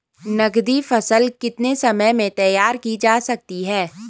नगदी फसल कितने समय में तैयार की जा सकती है?